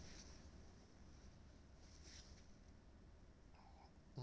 mm